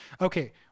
okay